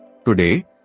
Today